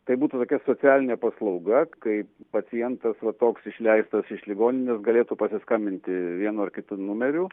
tai būtų tokia socialinė paslauga kai pacientas va toks išleistas iš ligoninės galėtų pasiskambinti vienu ar kitu numeriu